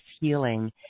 Healing